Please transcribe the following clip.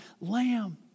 lamb